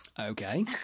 Okay